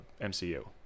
MCU